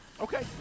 okay